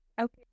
Okay